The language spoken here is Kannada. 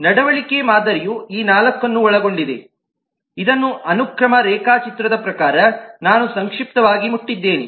ನಡವಳಿಕೆಯ ಮಾದರಿಯು ಈ 4 ಅನ್ನು ಒಳಗೊಂಡಿದೆ ಇದನ್ನು ಅನುಕ್ರಮ ರೇಖಾಚಿತ್ರದ ಪ್ರಕಾರ ನಾನು ಸಂಕ್ಷಿಪ್ತವಾಗಿ ಮುಟ್ಟಿದ್ದೇನೆ